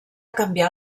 canviar